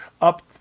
up